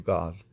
God